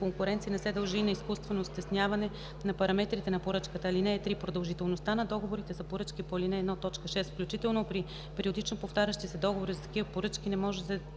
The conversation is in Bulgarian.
конкуренция не се дължи на изкуствено стесняване на параметрите на поръчката. (3) Продължителността на договорите за поръчки по ал. 1, т. 6, включително при периодично повтарящи се договори за такива поръчки, не може да